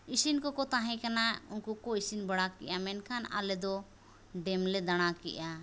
ᱤᱥᱤᱱ ᱠᱚᱠᱚ ᱛᱟᱦᱮᱸᱠᱟᱱᱟ ᱩᱱᱠᱩᱠᱚ ᱤᱥᱤᱱ ᱵᱟᱲᱟ ᱠᱮᱫᱟ ᱢᱮᱱᱠᱷᱟᱱ ᱟᱞᱮᱫᱚ ᱰᱮᱢᱞᱮ ᱫᱟᱬᱟᱠᱮᱫᱼᱟ